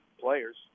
players